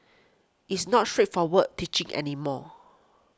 it's not straightforward teaching any more